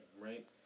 right